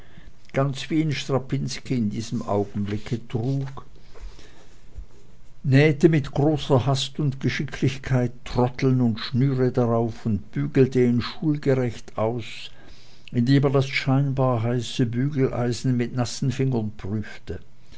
ganz wie ihn strapinski in diesem augenblicke trug nähete mit großer hast und geschicklichkeit troddeln und schnüre darauf und bügelte ihn schulgerecht aus indem er das scheinbar heiße bügeleisen mit nassen fingern prüfte